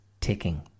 ticking